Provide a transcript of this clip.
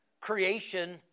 Creation